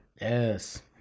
yes